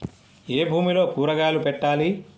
ఏ భూమిలో కూరగాయలు పెట్టాలి?